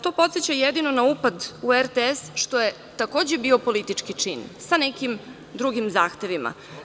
To podseća jedino na upad u RTS, što je takođe bio politički čin sa nekim drugim zahtevima.